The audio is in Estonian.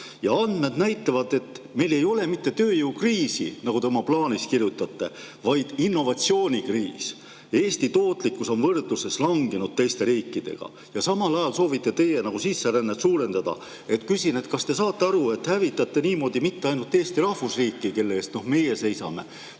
andmed näitavad, et meil ei ole mitte tööjõukriisi, nagu te oma plaanis kirjutate, vaid innovatsioonikriis. Eesti tootlikkus on võrdluses teiste riikidega langenud ja samal ajal soovite teie sisserännet suurendada. Küsin: kas te saate aru, et te hävitate niimoodi mitte ainult Eesti rahvusriiki, kelle eest meie seisame,